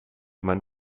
man